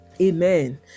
Amen